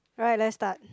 alright let's start